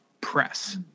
press